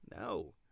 no